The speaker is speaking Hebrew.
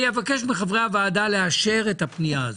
אני אבקש מחברי הוועדה לאשר את הפנייה הזאת,